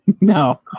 No